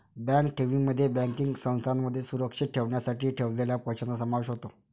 bank ठेवींमध्ये banking संस्थांमध्ये सुरक्षित ठेवण्यासाठी ठेवलेल्या पैशांचा समावेश होतो